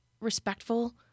respectful